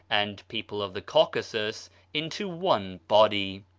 and people of the caucasus into one body,